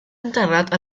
enterrat